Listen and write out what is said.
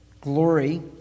glory